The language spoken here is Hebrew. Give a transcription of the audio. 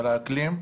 על האקלים,